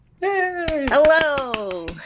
Hello